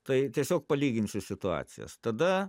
tai tiesiog palyginsiu situacijas tada